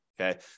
okay